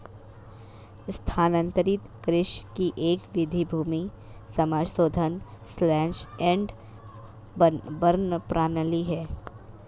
स्थानांतरित कृषि की एक विधि भूमि समाशोधन स्लैश एंड बर्न प्रणाली है